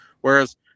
Whereas